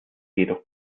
jedoch